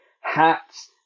hats